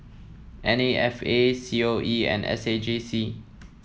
N A F A C O E and S A J C